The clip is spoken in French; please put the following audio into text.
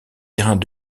terrains